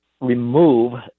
remove